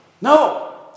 No